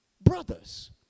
brothers